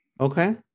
Okay